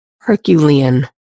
Herculean